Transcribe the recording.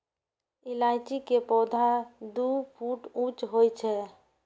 इलायची के पौधा दू फुट ऊंच होइ छै